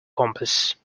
compass